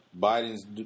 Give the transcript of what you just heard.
Biden's